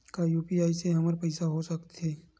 का यू.पी.आई से हमर पईसा हो सकत हे?